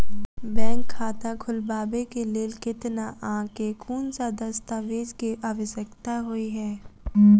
Bank खाता खोलबाबै केँ लेल केतना आ केँ कुन सा दस्तावेज केँ आवश्यकता होइ है?